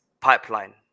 Pipeline